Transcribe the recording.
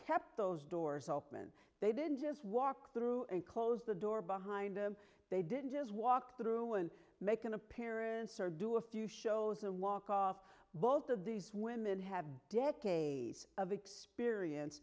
kept those doors open they didn't just walk through and close the door behind them they didn't just walk through and make an appearance or do a few shows and walk off both of these women have decades of experience